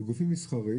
לגופים מסחריים